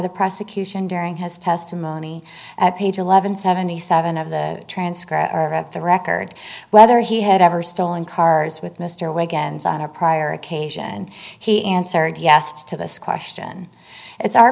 the prosecution during his testimony at page eleven seventy seven of the transcript of the record whether he had ever stolen cars with mr wiggins on a prior occasion and he answered yes to this question it's our